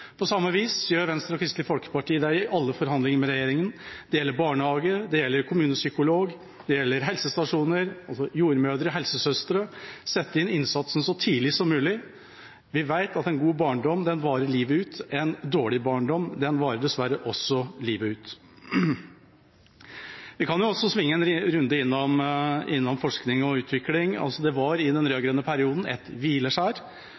På samme vis gjør Venstre og Kristelig Folkeparti det i alle forhandlinger med regjeringa – det gjelder barnehage, det gjelder kommunepsykolog, det gjelder helsestasjoner, jordmødre og helsesøstre – vi setter inn innsatsen så tidlig som mulig. Vi vet at en god barndom varer livet ut. En dårlig barndom varer dessverre også livet ut. Vi kan også svinge en runde innom forskning og utvikling. Det var i den rød-grønne perioden et hvileskjær.